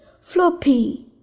Floppy